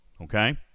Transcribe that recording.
Okay